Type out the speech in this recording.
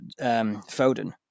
Foden